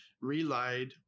relayed